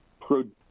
produce